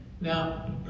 Now